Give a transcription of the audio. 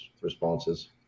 responses